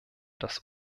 dass